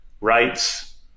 rights